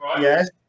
Yes